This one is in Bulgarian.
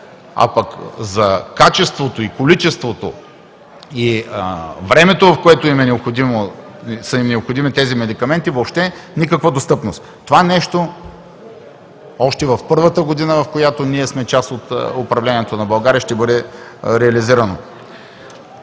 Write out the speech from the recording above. а пък за качеството, количеството и времето, в което са им необходими тези медикаменти, въобще никаква достъпност. Това нещо още в първата година, в която ние сме част от управлението на България, ще бъде реализирано.